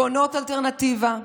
בונות אלטרנטיבה,